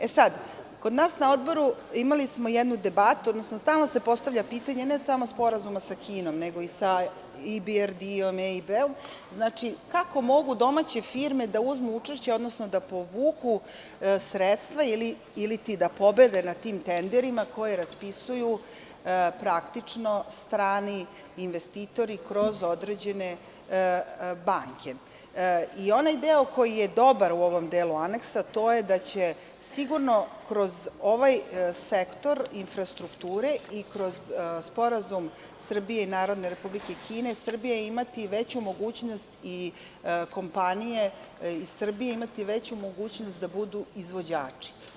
E sada, kod nas na Odboru, imali smo jednu debatu, stalno se postavlja pitanje, ne samo Sporazuma sa Kinom, nego i IBRD, kako mogu domaće firme da uzmu učešće ili da pobede na tim tenderima koje raspisuju praktično strani investitori, kroz određene banke i onaj deo koji je dobar u ovom delu aneksa, to je da će sigurno kroz ovaj sektor infrastrukture, i kroz sporazum Srbije i Narodne Republike Kine, Srbija imati veću sigurnost i mogućnost, i kompanije, da budu izvođači.